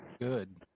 good